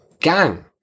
gang